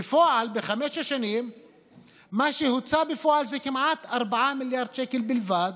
ובפועל בחמש השנים מה שהוצא בפועל זה כמעט 4 מיליארד שקל בלבד,